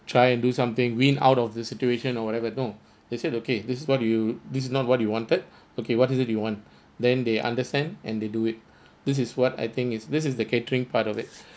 try and do something win out of the situation or whatever no they said okay this what you this is not what you wanted okay what is it you want then they understand and they do it this is what I think is this is the catering part of it